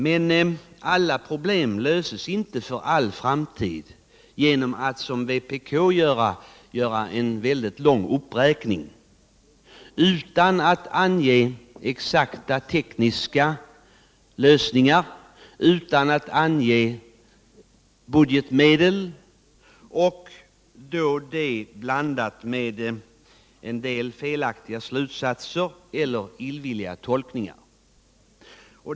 Men alla problem löses inte för all framtid genom att man som vpk kommer med en väldig uppräkning utan att ange exakta tekniska lösningar och utan att ange budgetmedel, detta blandat med en del felaktiga slutsatser eller illvilliga tolkningar.